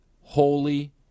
holy